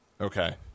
Okay